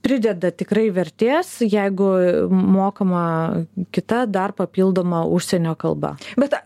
prideda tikrai vertės jeigu mokama kita dar papildoma užsienio kalba bet